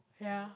ya